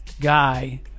guy